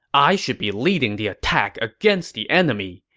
i should be leading the attack against the enemy.